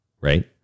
right